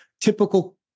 typical